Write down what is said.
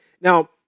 Now